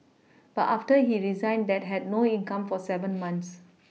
but after he resigned they had no income for seven months